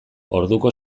orduko